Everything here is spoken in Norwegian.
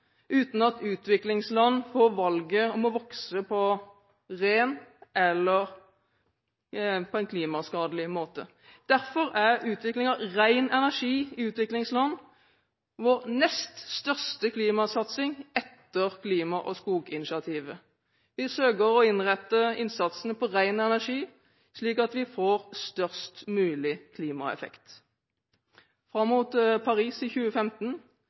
uten at utviklingsland får valget om å vokse på en ren eller klimaskadelig måte. Derfor er utvikling av ren energi i utviklingsland vår nest største klimasatsing etter klima- og skoginitiativet. Vi søker å innrette innsatsen på ren energi, slik at vi får størst mulig klimaeffekt. Fram mot Paris i 2015